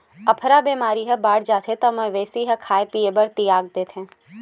अफरा बेमारी ह बाड़ जाथे त मवेशी ह खाए पिए बर तियाग देथे